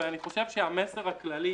אני חושב שהמסר הכללי